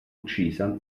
uccisa